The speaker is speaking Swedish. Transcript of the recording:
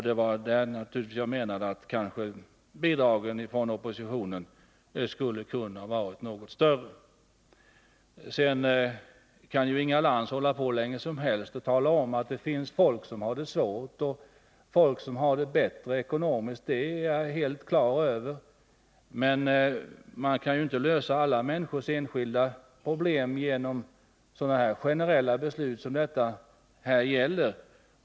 Det var naturligtvis där jag menade att bidragen från oppositionen skulle ha kunnat Nr 46 vara något större. Torsdagen den Inga Lantz kan ju hålla på hur länge som helst och tala om att det finns folk 47 december 1980 som har det svårt och folk som har det bättre ekonomiskt. Det är jag helt klar över. Men man kan inte lösa alla människors enskilda problem genom Besparingar i generella beslut som det här gäller.